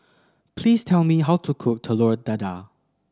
please tell me how to cook Telur Dadah